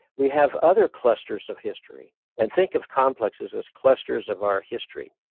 we have other clusters of history and think of complexes as clusters of our history.